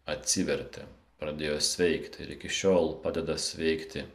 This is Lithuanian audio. atsivertė pradėjo sveikti ir iki šiol padeda sveikti